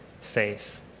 faith